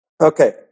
Okay